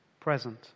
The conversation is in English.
present